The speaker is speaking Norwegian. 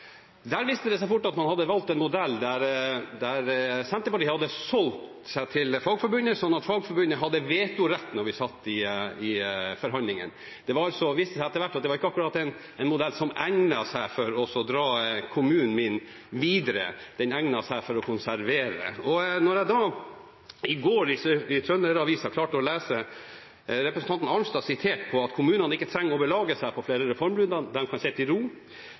Der viste det seg fort at man hadde valgt en modell der Senterpartiet hadde solgt seg til Fagforbundet, sånn at Fagforbundet hadde vetorett da vi satt i forhandlingene. Det viste seg etter hvert at det ikke akkurat var en modell som egnet seg for å dra kommunen min videre. Den egnet seg for å konservere. Da jeg i går leste i Trønder-Avisa at representanten Arnstad var sitert på at kommunene ikke trenger å belage seg på flere reformrunder, de kan sitte i ro,